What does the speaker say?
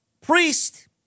Priest